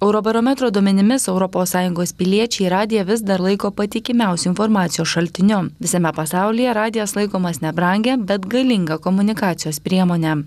eurobarometro duomenimis europos sąjungos piliečiai radiją vis dar laiko patikimiausiu informacijos šaltiniu visame pasaulyje radijas laikomas nebrangia bet galinga komunikacijos priemone